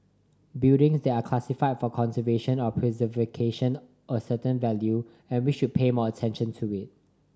buildings that are classified for conservation or preservation a certain value and we should pay more attention to it